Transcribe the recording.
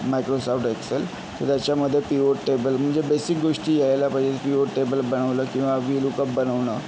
Microsoft Excel तर त्याच्यामध्ये pivot table म्हणजे बेसिक गोष्टी यायला पाहिजे पिवोट टेबल बनवलं किंवा वि लूकप बनवणं